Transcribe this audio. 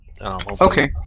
okay